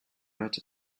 raig